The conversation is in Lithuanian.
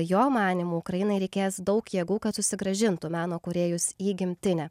jo manymu ukrainai reikės daug jėgų kad susigrąžintų meno kūrėjus į gimtinę